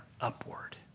upward